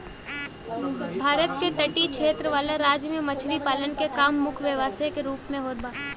भारत के तटीय क्षेत्र वाला राज्य में मछरी पालन के काम मुख्य व्यवसाय के रूप में होत बा